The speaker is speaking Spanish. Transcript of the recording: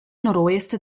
noroeste